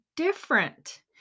different